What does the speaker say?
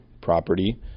property